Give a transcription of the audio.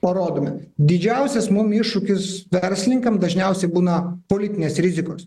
parodomi didžiausias mums iššūkis verslininkams dažniausiai būna politinės rizikos